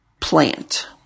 plant